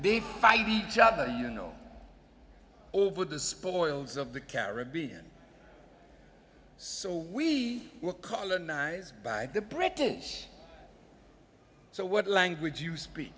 big fight each other you know over the spoils of the caribbean so we were colonized by the british so what language do you speak